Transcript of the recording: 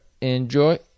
Enjoy